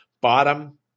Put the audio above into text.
bottom